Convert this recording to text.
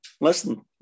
Listen